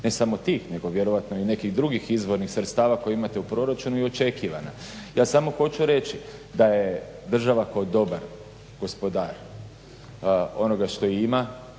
ne samo tih nego vjerojatno i nekih drugih izvornih sredstava koje imate u proračunu i očekivana. Ja samo hoću reći da je država kao dobar gospodar onoga što ima